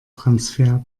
transfer